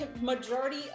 majority